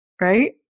right